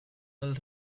del